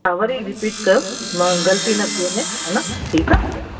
हा वरी रिपीट कयो मां ग़लती न थी वञे ठीकु आहे